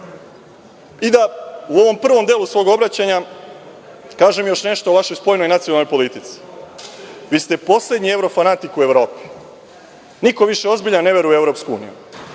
da u ovom prvom delu svog obraćanja kažem još nešto o vašoj spoljnoj i nacionalnoj politici. Vi ste poslednji evrofanatik u Evropi. Niko više ozbiljan ne veruje u EU.